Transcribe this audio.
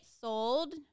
sold